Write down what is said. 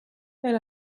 elle